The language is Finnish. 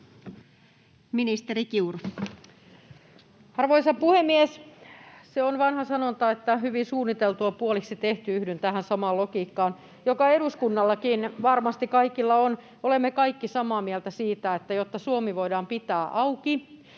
Ministeri Kiuru. Arvoisa puhemies! Se on vanha sanonta, että hyvin suunniteltu on puoliksi tehty. Yhdyn tähän samaan logiikkaan, joka eduskunnassakin varmasti kaikilla on. Olemme kaikki samaa mieltä siitä, että jotta Suomi voidaan pitää auki,